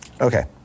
Okay